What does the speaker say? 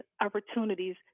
opportunities